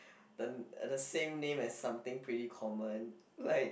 uh the same name as something pretty common like